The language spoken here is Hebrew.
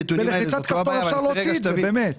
בלחיצת כפתור אפשר להוציא את זה באמת.